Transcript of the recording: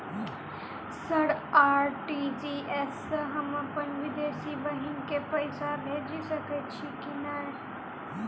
Sir RTGS सँ हम अप्पन विदेशी बहिन केँ पैसा भेजि सकै छियै की नै?